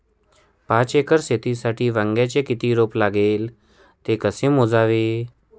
पाच एकर शेतीसाठी वांग्याचे किती रोप लागेल? ते कसे मोजावे?